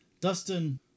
Dustin